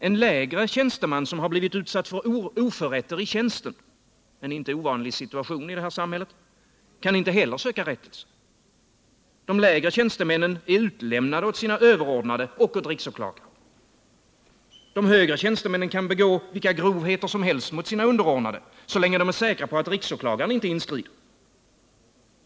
En lägre tjänsteman som blivit utsatt för oförrätter i tjänsten — en inte ovanlig situation i det här samhället — kan inte heller söka rättelse. De lägre tjänstemännen är utlämnade åt sina överordnade och åt riksåklagaren. De högre tjänstemännen kan begå vilka grovheter som helst mot sina underordnade, så länge de är säkra på att riksåklagaren inte inskrider.